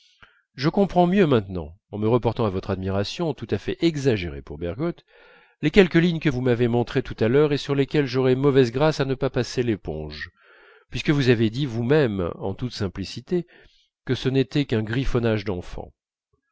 je comprends mieux maintenant en me reportant à votre admiration tout à fait exagérée pour bergotte les quelques lignes que vous m'avez montrées tout à l'heure et sur lesquelles j'aurais mauvaise grâce à ne pas passer l'éponge puisque vous avez dit vous-même en toute simplicité que ce n'était qu'un griffonnage d'enfant